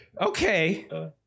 Okay